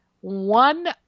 One